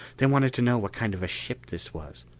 they wanted to know what kind of a ship this was.